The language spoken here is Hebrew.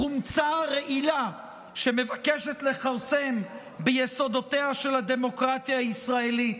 חומצה רעילה שמבקשת לכרסם ביסודותיה של הדמוקרטיה הישראלית,